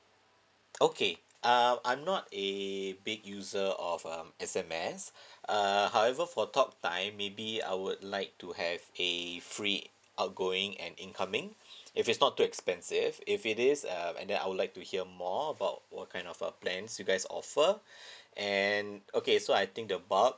okay uh I'm not a big user of um S_M_S uh however for talk time maybe I would like to have a free outgoing and incoming if it's not too expensive if it is uh and then I would like to hear more about what kind of a plans you guys offer and okay so I think the bulk